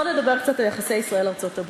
בוא נדבר קצת על יחסי ישראל ארצות-הברית.